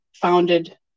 founded